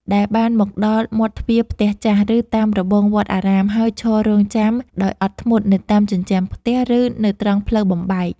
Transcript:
ដែលបានមកដល់មាត់ទ្វារផ្ទះចាស់ ឬតាមរបងវត្តអារាម ហើយឈររង់ចាំដោយអត់ធ្មត់នៅតាមជញ្ជាំងផ្ទះ ឬនៅត្រង់ផ្លូវបំបែក។